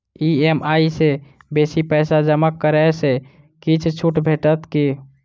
EMI सँ बेसी पैसा जमा करै सँ किछ छुट भेटत की?